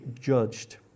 judged